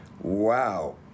wow